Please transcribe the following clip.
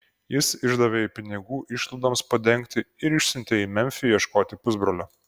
jis išdavė jai pinigų išlaidoms padengti ir išsiuntė į memfį ieškoti pusbrolio